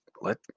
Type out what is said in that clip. Let